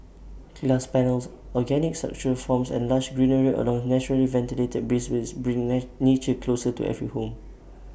glass panels organic structural forms and lush greenery along naturally ventilated breezeways bring nature closer to every home